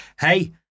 Hey